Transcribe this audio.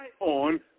on